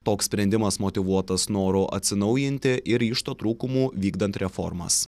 toks sprendimas motyvuotas noru atsinaujinti ir ryžto trūkumu vykdant reformas